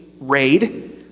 raid